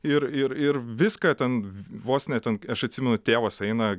ir ir ir viską ten vos ne ten aš atsimenu tėvas eina